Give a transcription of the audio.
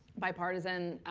bipartisan.